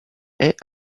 est